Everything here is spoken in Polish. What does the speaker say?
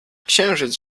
księżyc